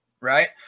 Right